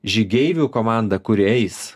žygeivių komandą kuri eis